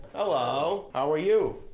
hello, how are you?